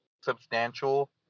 substantial